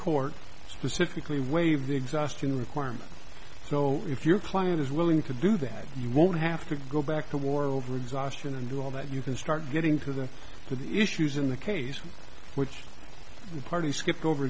court specifically waive the exhaustion requirement so if your client is willing to do that you won't have to go back to war over astron and do all that you can start getting through that to the issues in the case in which the party skipped over